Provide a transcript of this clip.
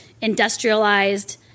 industrialized